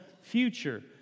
future